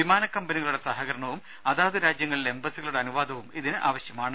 വിമാനക്കമ്പനികളുടെ സഹകരണവും അതാതു രാജ്യങ്ങളിലെ എംബസികളുടെ അനുവാദവും ഇതിന് ആവശ്യമാണ്